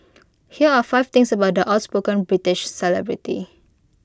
here are five things about the outspoken British celebrity